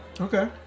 Okay